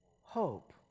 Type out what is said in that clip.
Hope